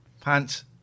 Pants